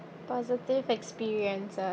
positive experiences